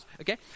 okay